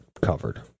covered